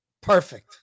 perfect